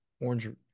orange –